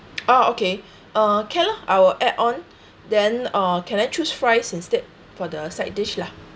oh okay uh okay lah I will add on then uh can I choose fries instead for the side dish lah